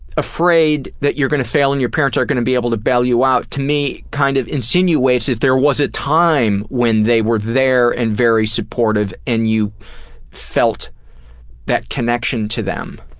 afraid that you're gonna fail and your parents aren't gonna be able to bail you out, to me kind of insinuates that there was a time when they were there and very supportive, and you felt that connection to them.